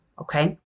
Okay